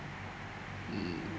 mm